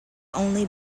only